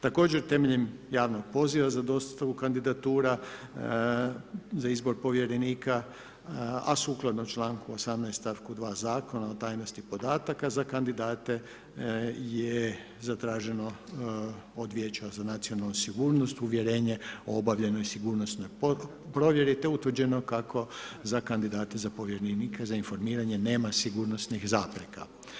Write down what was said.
Također temeljem javnog poziva za dostavu kandidatura, za izbor povjerenika, a sukladno čl. 18. stavku 2 Zakona o tajnosti podataka za kandidate je zatraženo od Vijeća za nacionalnu sigurnost uvjerenje o obavljanoj sigurnosnoj provjeri, te utvrđeno kako za kandidate za povjerenika za informiranje nema sigurnosnih zapreka.